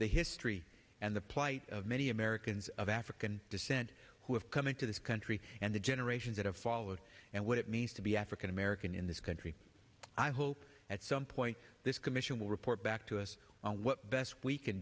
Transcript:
the history and the plight of many americans of african descent who have come into this country and the generations that have followed and what it means to be african american in this country i hope at some point this commission will report back to us what best we can